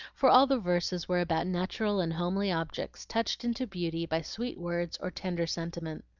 for all the verses were about natural and homely objects, touched into beauty by sweet words or tender sentiment.